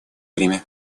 время